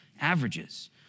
averages